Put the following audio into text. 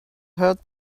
heard